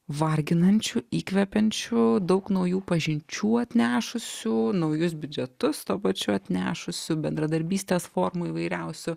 varginančių įkvepiančių daug naujų pažinčių atnešusių naujus biudžetus tuo pačiu atnešusiu bendradarbystės formų įvairiausiu